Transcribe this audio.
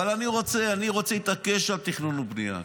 אבל אני רוצה להתעקש על תכנון ובנייה.